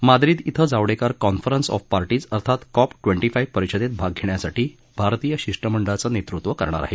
Madrid ाच्ये Javadekar conference of parties अर्थात COP twenty five परिषदेत भाग घेण्यासाठी भारतीय शिष्टमंडळाचं नेतृत्व करणार आहेत